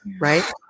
Right